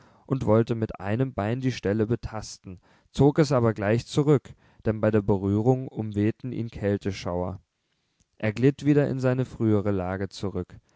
und wollte mit einem bein die stelle betasten zog es aber gleich zurück denn bei der berührung umwehten ihn kälteschauer er glitt wieder in seine frühere lage zurück